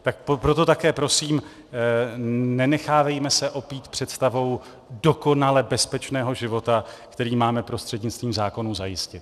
Tak proto také prosím, nenechávejme se opít představou dokonale bezpečného života, který máme prostřednictvím zákonů zajistit.